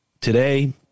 today